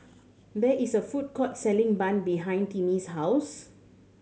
there is a food court selling bun behind Timmy's house